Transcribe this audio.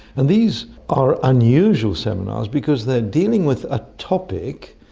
and these are unusual seminars because they're dealing with a topic,